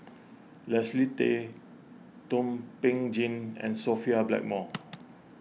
Leslie Tay Thum Ping Tjin and Sophia Blackmore